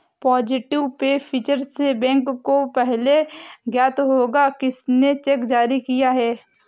positive pay feature से bank को पहले ज्ञात होगा किसने चेक जारी किया है